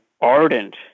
ardent